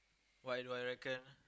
what do I reckon